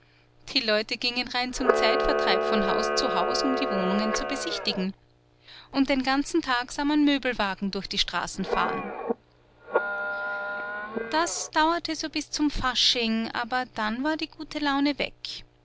die leute gingen rein zum zeitvertreib von haus zu haus um die wohnungen zu besichtigen und den ganzen tag sah man möbelwagen durch die straßen fahren das dauerte so bis zum fasching aber dann war die gute laune weg